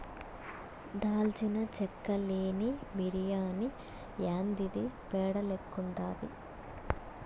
దాల్చిన చెక్క లేని బిర్యాని యాందిది పేడ లెక్కుండాది